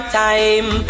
time